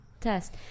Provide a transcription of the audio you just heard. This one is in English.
test